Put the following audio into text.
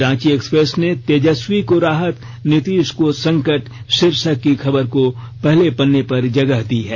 Ranchi express ने तेजस्वी को राहत नीतिश को संकट शीर्षक की खबर को पहले पन्ने पर जगह दी है